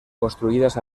construidas